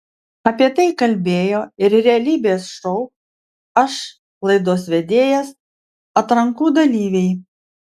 apie tai kalbėjo ir realybės šou aš laidos vedėjas atrankų dalyviai